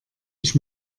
ich